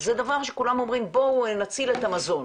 זה דבר שכולם אומרים בואו נציל את המזון.